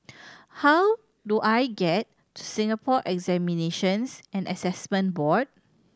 how do I get to Singapore Examinations and Assessment Board